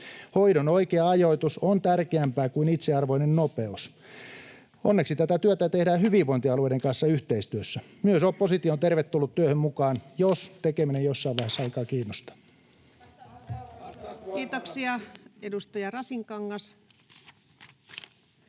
Hoidon oikea ajoitus on tärkeämpää kuin itsearvoinen nopeus. Onneksi tätä työtä tehdään hyvinvointialueiden kanssa yhteistyössä. Myös oppositio on tervetullut työhön mukaan, jos tekeminen jossain vaiheessa alkaa kiinnostaa. Kiitoksia. — Edustaja Rasinkangas.